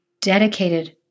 dedicated